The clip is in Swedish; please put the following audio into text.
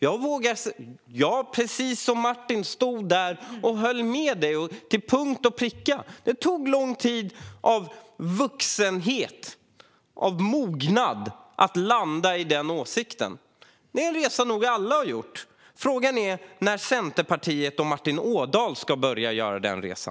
Jag stod där och höll med till punkt och pricka om det Martin säger. Det tog lång tid av vuxenhet och av mognad att landa i den åsikten. Det är en resa vi alla nog har gjort. Frågan är när Centerpartiet och Martin Ådahl ska börja göra denna resa.